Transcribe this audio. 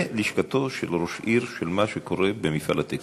בלשכתו של ראש העיר, של מה שקורה במפעל הטקסטיל,